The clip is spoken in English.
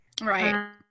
Right